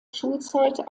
schulzeit